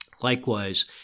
Likewise